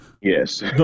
Yes